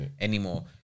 anymore